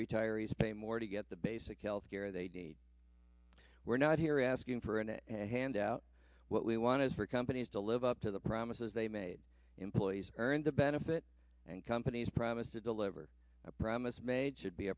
retirees pay more to get the basic health care they need we're not here asking for an a handout what we want is for companies to live up to the promises they made employees earn the benefit and companies promise to deliver a promise made should be